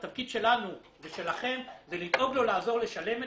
אז התפקיד שלנו ושלכם זה לדאוג לעזור לו לשלם את